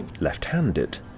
left-handed